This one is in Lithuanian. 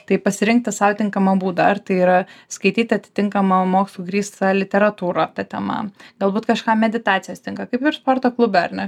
tai pasirinkti sau tinkamą būdą ar tai yra skaityti atitinkamą mokslu grįstą literatūrą ta tema galbūt kažkam meditacijos tinka kaip ir sporto klube ar ne